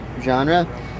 genre